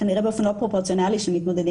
כנראה באופן לא פרופורציונלי של מתמודדי